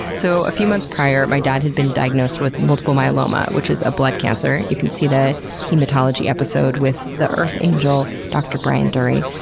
so a few months prior, my dad had been diagnosed with multiple myeloma, which is a blood cancer. you can see the hematology episode with the earth angel, dr. brian durie.